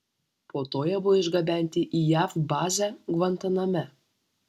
po to jie buvo išgabenti į jav bazę gvantaname